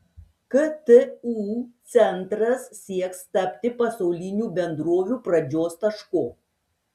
ktu centras sieks tapti pasaulinių bendrovių pradžios tašku